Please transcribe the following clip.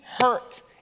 hurt